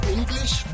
English